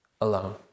alone